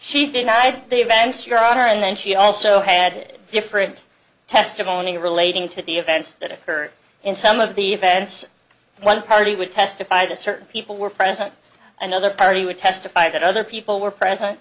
she denied they advance your honor and then she also had a different testimony relating to the events that occurred in some of the events one party would testify that certain people were present another party would testify that other people were present